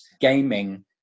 gaming